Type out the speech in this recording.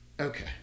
okay